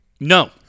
No